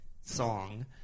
song